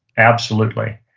absolutely.